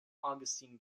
augustine